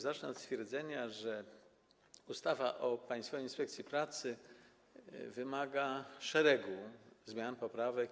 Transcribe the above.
Zacznę od stwierdzenia, że ustawa o Państwowej Inspekcji Pracy wymaga szeregu zmian, poprawek.